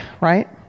right